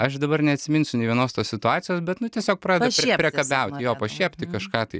aš dabar neatsiminsiu nei vienos tos situacijos bet nu tiesiog pradeda prie priekabiauti jo pašiepti kažką tai